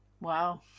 Wow